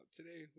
Today